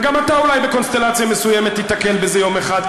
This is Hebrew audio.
וגם אתה אולי בקונסטלציה מסוימת תיתקל בזה יום אחד,